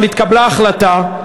אבל התקבלה החלטה,